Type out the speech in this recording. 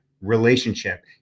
relationship